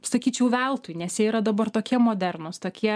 sakyčiau veltui nes jie yra dabar tokie modernūs tokie